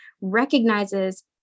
recognizes